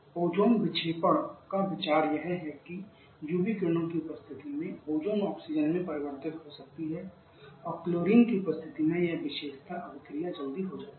ozone विक्षेपण का विचार यह है कि यूवी किरणों की उपस्थिति में ओजोन ऑक्सीजन में परिवर्तित हो सकती है और क्लोरीन की उपस्थिति से यह विशेष अभिक्रिया जल्दी हो जाती है